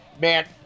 man